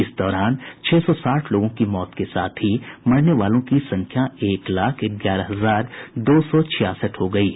इस दौरान छह सौ साठ लोगों की मौत के साथ ही मरने वालों की संख्या एक लाख ग्यारह हजार दो सौ छियासठ हो गयी है